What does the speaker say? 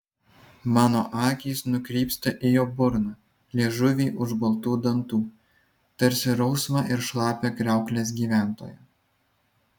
mano akys nukrypsta į jo burną liežuvį už baltų dantų tarsi rausvą ir šlapią kriauklės gyventoją